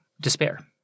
despair